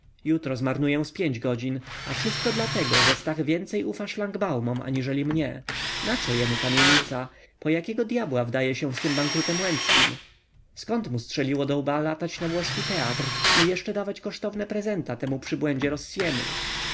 jutro zmarnuję z pięć godzin a wszystko dlatego że stach więcej ufa szlangbaumom aniżeli mnie naco jemu kamienica po jakiego dyabła wdaje się z tym bankrutem łęckim zkąd mu strzeliło do łba latać na włoski teatr i jeszcze dawać kosztowne prezenta temu przybłędzie rossiemu